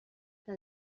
que